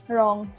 Wrong